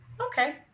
Okay